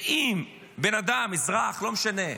ואם בן אדם, אזרח, לא משנה,